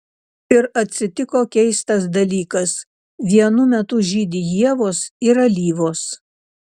ir atsitiko keistas dalykas vienu metu žydi ievos ir alyvos